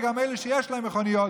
וגם אלה שיש להם מכוניות,